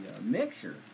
mixer